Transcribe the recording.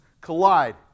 collide